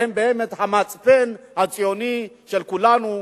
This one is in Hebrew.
שהם באמת המצפן הציוני של כולנו,